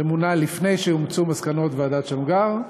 שמונה לפני שאומצו מסקנות ועדת שמגר,